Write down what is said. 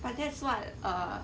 but that's what uh